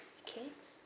okay